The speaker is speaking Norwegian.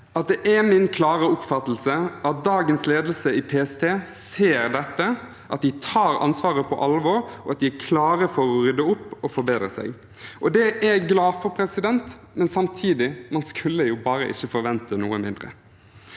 det er min klare oppfattelse at dagens ledelse i PST ser dette, at de tar ansvaret på alvor, og at de er klare for å rydde opp og forbedre seg. Det er jeg glad for, men samtidig skulle man bare ikke forvente noe mindre.